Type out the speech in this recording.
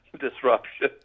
disruption